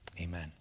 amen